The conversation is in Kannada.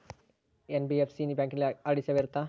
ಎನ್.ಬಿ.ಎಫ್.ಸಿ ಬ್ಯಾಂಕಿನಲ್ಲಿ ಆರ್.ಡಿ ಸೇವೆ ಇರುತ್ತಾ?